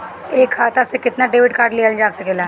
एक खाता से केतना डेबिट कार्ड लेहल जा सकेला?